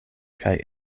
kaj